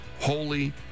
Holy